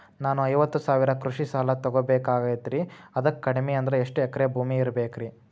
ನಾನು ಐವತ್ತು ಸಾವಿರ ಕೃಷಿ ಸಾಲಾ ತೊಗೋಬೇಕಾಗೈತ್ರಿ ಅದಕ್ ಕಡಿಮಿ ಅಂದ್ರ ಎಷ್ಟ ಎಕರೆ ಭೂಮಿ ಇರಬೇಕ್ರಿ?